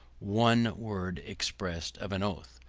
one word expressive of an oath.